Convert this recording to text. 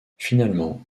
finalement